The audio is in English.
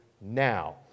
now